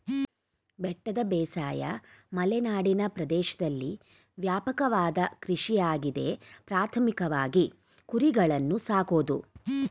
ಬೆಟ್ಟದ ಬೇಸಾಯ ಮಲೆನಾಡಿನ ಪ್ರದೇಶ್ದಲ್ಲಿ ವ್ಯಾಪಕವಾದ ಕೃಷಿಯಾಗಿದೆ ಪ್ರಾಥಮಿಕವಾಗಿ ಕುರಿಗಳನ್ನು ಸಾಕೋದು